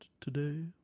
today